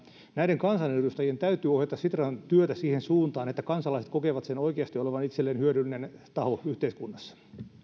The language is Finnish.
näiden kansanedustajien täytyy ohjata sitran työtä siihen suuntaan että kansalaiset kokevat sen oikeasti olevan itselleen hyödyllinen taho yhteiskunnassa